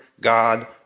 God